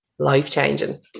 life-changing